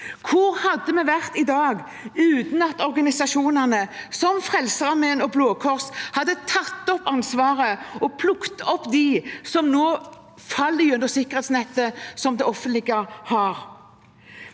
Hvor hadde vi vært i dag uten at organisasjonene, som Frelsesarmeen og Blå Kors, hadde tatt ansvaret og plukket opp dem som nå faller gjennom sikkerhetsnettet som det offentlige har.